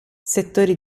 settori